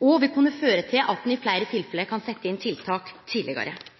og vil kunne føre til at ein i fleire tilfelle kan setje inn tiltak tidlegare.